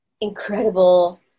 incredible